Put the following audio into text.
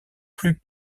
plus